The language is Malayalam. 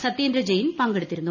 സത്യേന്ദ്ര ജെയിൻ പങ്കെടുത്തിരുന്നു